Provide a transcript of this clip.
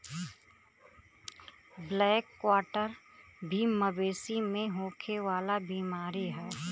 black quarter भी मवेशी में होखे वाला बीमारी ह